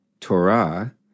Torah